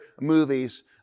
movies